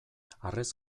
harrez